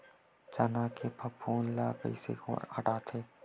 चना के फफूंद ल कइसे हटाथे?